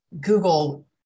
Google